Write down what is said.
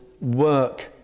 work